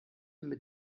mit